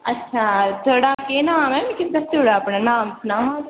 अच्छा थुआढ़ा केह् नांऽ ऐ मिगी दस्सी ओड़ो अपना नांऽ सनाओ हां